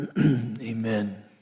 Amen